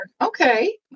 okay